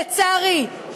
לצערי,